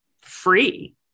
Free